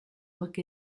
look